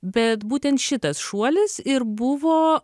bet būtent šitas šuolis ir buvo